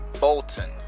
Bolton